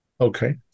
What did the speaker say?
Okay